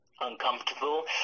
Uncomfortable